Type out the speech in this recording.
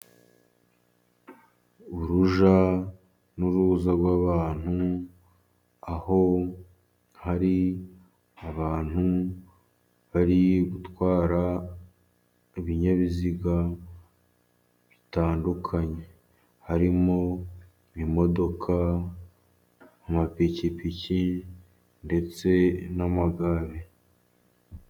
Urujya n'uruza rw'abantu, aho hari abantu bari gutwara ibinyabiziga bitandukanye harimo: imodoka, amapikipiki ndetse n'amagare.